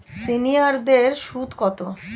সিনিয়ারদের সুদ কত?